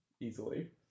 easily